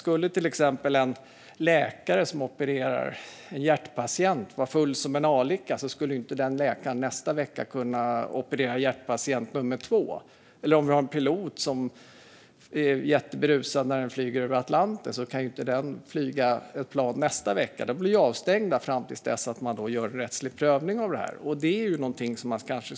Om en läkare som opererar en hjärtpatient är full som en alika får den läkaren inte operera en annan hjärtpatient veckan därpå. Och en pilot som flyger jätteberusad över Atlanten får inte flyga nästa vecka. Både läkaren och piloten bli avstängda tills det gjorts en rättslig prövning. Detta borde kanske även gälla advokater.